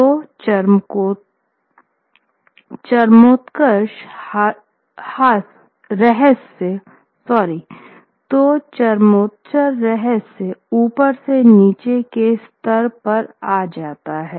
तो चरमोत्कर्ष रहस्य ऊपर से नीचे के स्तर पर जाता है